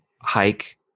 hike